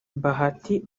bahati